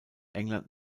england